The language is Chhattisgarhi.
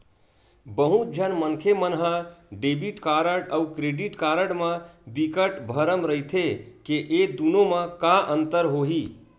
बहुत झन मनखे मन ह डेबिट कारड अउ क्रेडिट कारड म बिकट भरम रहिथे के ए दुनो म का अंतर होही?